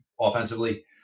offensively